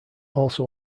also